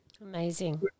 Amazing